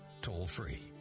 toll-free